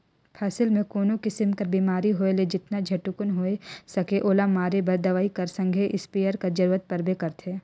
फसिल मे कोनो किसिम कर बेमारी होए ले जेतना झटकुन होए सके ओला मारे बर दवई कर संघे इस्पेयर कर जरूरत परबे करथे